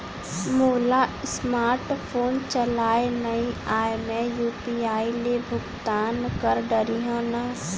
मोला smart phone चलाए नई आए मैं यू.पी.आई ले भुगतान कर डरिहंव न?